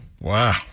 Wow